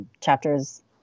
chapters